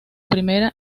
primera